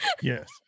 Yes